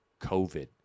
COVID